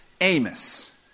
Amos